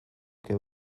que